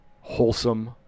wholesome